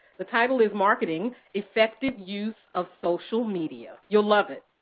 the title is marketing effective use of social media. you'll love it.